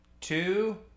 two